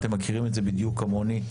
אתם מכירים את זה בדיוק כמוני,